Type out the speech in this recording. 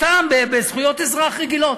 סתם בזכויות אזרח רגילות,